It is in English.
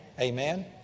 Amen